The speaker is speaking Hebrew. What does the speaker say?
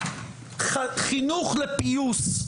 חינוך לפיוס,